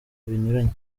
binyuranye